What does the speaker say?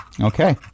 Okay